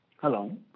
Hello